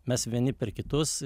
mes vieni per kitus